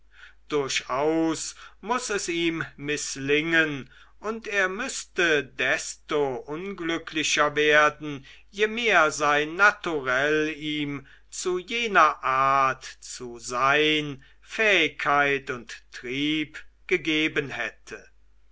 durchaus muß es ihm mißlingen und er müßte desto unglücklicher werden je mehr sein naturell ihm zu jener art zu sein fähigkeit und trieb gegeben hätte